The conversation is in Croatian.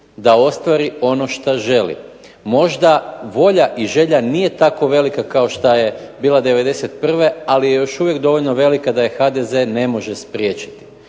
da ostvari ono što želi. Možda volja i želja nije tako velika kao što je bila 91. ali je još uvijek dovoljno velika da je HDZ ne može spriječiti.